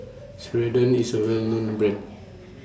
Ceradan IS A Well known Brand